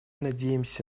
надеемся